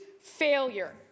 failure